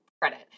credit